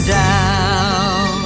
down